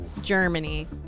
Germany